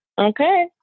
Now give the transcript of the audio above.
Okay